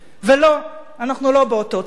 ולא, אנחנו לא באותו צד.